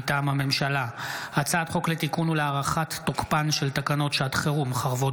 מטעם הממשלה: הצעת חוק לתיקון ולהארכת תוקפן של תקנות שעת חירום (חרבות